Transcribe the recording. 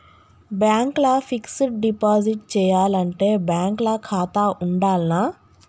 Bank ల fixed deposit చేయాలంటే bank ల ఖాతా ఉండాల్నా?